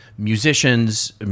musicians